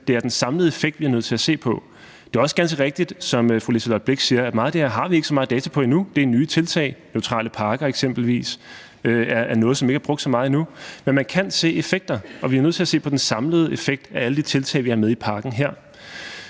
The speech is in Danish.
det er den samlede effekt, vi er nødt til at se på. Det er også ganske rigtigt, som fru Liselott Blixt siger, at meget af det her har vi ikke så meget data på endnu. Det er nye tiltag. Neutrale pakker er eksempelvis noget, som ikke er brugt så meget endnu. Men man kan se effekter, og vi er nødt til at se på den samlede effekt af alle de tiltag, vi har med i pakken her.